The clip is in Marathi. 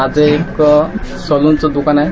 माझं एक सल्नचं द्कान आहे